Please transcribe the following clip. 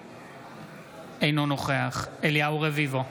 אינו נוכח אליהו רביבו,